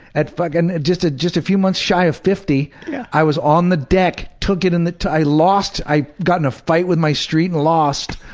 at but and just ah just a few months shy of fifty i was on the deck, took it in the i lost i got in a fight with my street and lost.